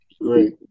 Great